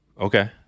Okay